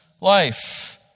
life